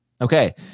Okay